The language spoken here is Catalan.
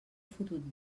fotut